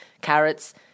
carrots